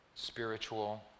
spiritual